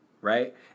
right